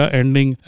ending